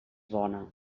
bona